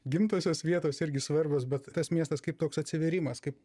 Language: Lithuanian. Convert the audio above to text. gimtosios vietos irgi svarbios bet tas miestas kaip toks atsivėrimas kaip